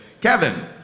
Kevin